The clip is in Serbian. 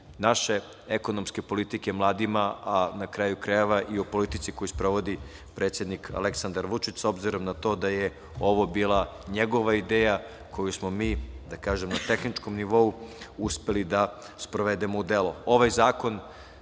naše ekonomske politike mladima a, na kraju krajeva, i o politici koju sprovodi predsednik Aleksandar Vučić, s obzirom na to da je ovo bila njegova ideja koju smo mi na tehničkom nivou uspeli da sprovedemo u delo. Ovaj zakon